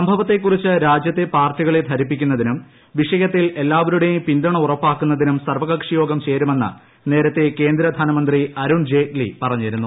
സംഭവത്തെ കുറിച്ച് രാജൃത്തെ പാർട്ടികളെ ധരിപ്പിക്കുന്നതിനും വിഷയത്തിൽ എല്ലാവരുടെയും പിന്തുണ ഉറപ്പാക്കുന്നതിനും സർവ്വകക്ഷിയോഗം ചേരുമെന്ന് നേരത്തെ കേന്ദ്ര ധനമന്ത്രി അരുൺ ജെയ്റ്റ്ലി പറഞ്ഞിരുന്നു